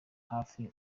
hafi